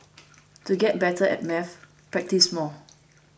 to get better at maths practise more